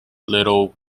little